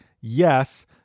yes